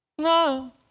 No